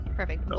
perfect